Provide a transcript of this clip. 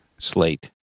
Slate